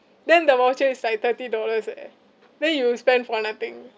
then the voucher is like thirty dollars eh then you will spend for nothing